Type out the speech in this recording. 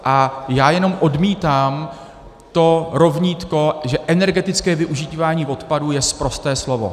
A já jenom odmítám rovnítko, že energetické využívání odpadů je sprosté slovo.